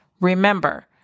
Remember